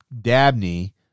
Dabney